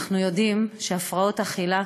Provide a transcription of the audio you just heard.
אנחנו יודעים שהפרעות אכילה